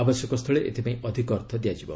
ଆବଶ୍ୟକସ୍ଥଳେ ଏଥିପାଇଁ ଅଧିକ ଅର୍ଥ ଦିଆଯିବ